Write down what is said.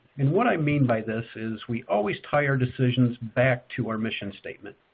and what i mean by this is we always tie our decisions back to our mission statement.